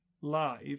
live